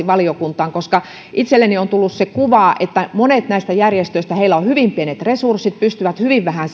valiokuntaan itselleni on tullut se kuva että monilla näistä järjestöistä on hyvin pienet resurssit he pystyvät hyvin vähän